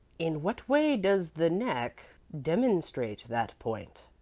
in what way does the neck demonstrate that point?